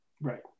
right